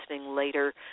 later